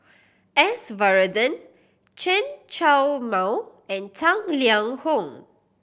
S Varathan Chen Show Mao and Tang Liang Hong